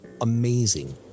amazing